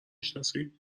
شناسی